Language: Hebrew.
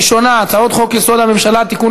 הראשונה: הצעת חוק-יסוד: הממשלה (תיקון,